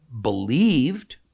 believed